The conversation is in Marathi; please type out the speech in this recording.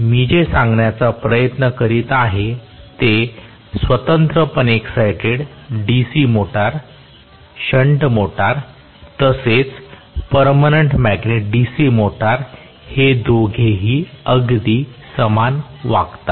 मी जे सांगण्याचा प्रयत्न करीत आहे ते स्वतंत्रपणे excited DC motor shunt motor तसेच पर्मनन्ट मॅग्नेट DC मोटर हे तिघेही अगदी समान वागतात